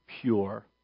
pure